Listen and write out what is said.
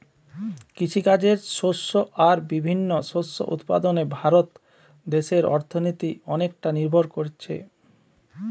কৃষিকাজের শস্য আর বিভিন্ন শস্য উৎপাদনে ভারত দেশের অর্থনীতি অনেকটা নির্ভর কোরছে